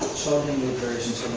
totally new versions